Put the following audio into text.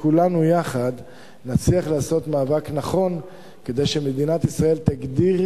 שכולנו יחד נצליח לעשות מאבק נכון כדי שמדינת ישראל תגדיר